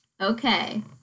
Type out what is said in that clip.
Okay